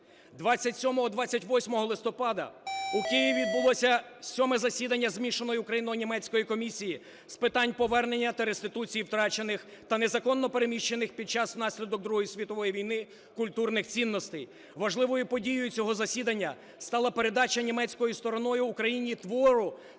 27-28 листопада у Києві відбулося VII засідання Змішаної українcько-німецької комісії з питань повернення та реституції втрачених та незаконно переміщених під час внаслідок Другої світової війни культурних цінностей. Важливою подією цього засідання стала передача німецькою стороною Україні твору